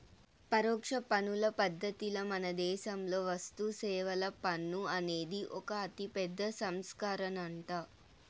పరోక్ష పన్నుల పద్ధతిల మనదేశంలో వస్తుసేవల పన్ను అనేది ఒక అతిపెద్ద సంస్కరనంట